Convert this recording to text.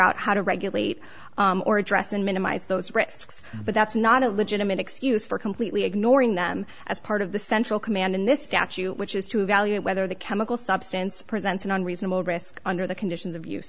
out how to regulate or address and minimize those risks but that's not a legitimate excuse for completely ignoring them as part of the central command in this statute which is to evaluate whether the chemical substance presents an unreasonable risk under the conditions of